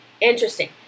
interesting